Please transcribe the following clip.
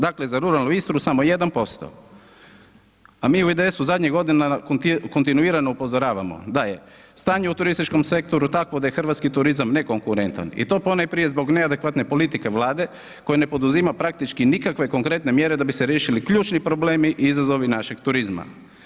Dakle za ruralnu Istru samo 1% a mi u IDS-u zadnjih godina kontinuirano upozoravamo da je stanje u turističkom sektoru takvo da je hrvatski nekonkurentan i to ponajprije zbog neadekvatne politike Vlade koja ne poduzima praktički nikakve konkretne mjere da bise riješili ključni problemi i izazovi našeg turizma.